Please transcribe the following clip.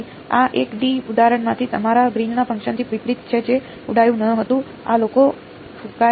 તેથી આ 1 ડી ઉદાહરણમાંથી તમારા ગ્રીનના ફંકશન થી વિપરીત છે જે ઉડાડ્યું ન હતું આ લોકો ફૂંકાય છે